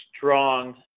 Strong